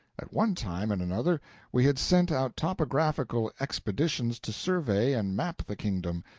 at one time and another we had sent out topographical expeditions to survey and map the kingdom,